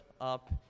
up